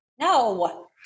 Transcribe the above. No